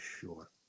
sure